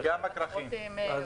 יש